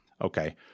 Okay